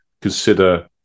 consider